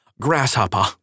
Grasshopper